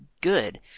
good